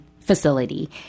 facility